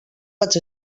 vaig